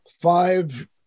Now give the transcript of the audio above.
five